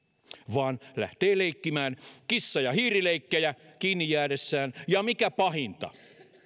vaan lähtevät leikkimään kissa ja hiiri leikkejä kiinni jäädessään ja mikä pahinta